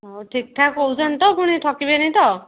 ହଉ ଠିକ୍ ଠାକ୍ କହୁଛନ୍ତି ତ ଫୁଣି ଠକିବେନି ତ